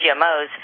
GMOs